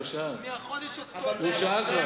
הוא כבר שאל.